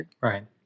right